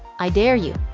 i dare you.